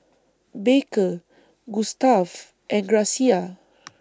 Baker Gustav and Gracia